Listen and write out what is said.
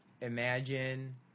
imagine